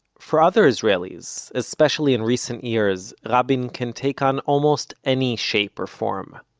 for other israelis, especially in recent years, rabin can take on almost any shape or form.